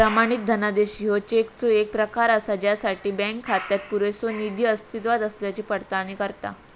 प्रमाणित धनादेश ह्यो चेकचो येक प्रकार असा ज्यासाठी बँक खात्यात पुरेसो निधी अस्तित्वात असल्याची पडताळणी करता